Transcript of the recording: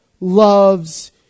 loves